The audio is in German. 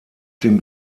dem